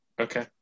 Okay